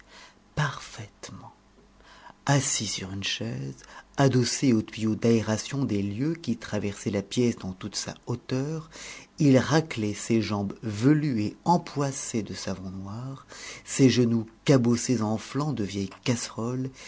parfaitement assis sur une chaise adossé au tuyau d'aération des lieux qui traversait la pièce dans toute sa hauteur il raclait ses jambes velues et empoissées de savon noir ses genoux cabossés en flancs de vieille casserole